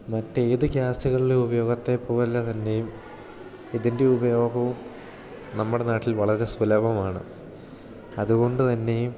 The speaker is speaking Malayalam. മറ്റേത് ഗ്യാസുകളുടെ ഉപയോഗത്തെ പോലെ തന്നെയും ഇതിൻ്റെ ഉപയോഗവും നമ്മുടെ നാട്ടിൽ വളരെ സുലഭമാണ് അതുകൊണ്ട് തന്നെയും